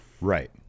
Right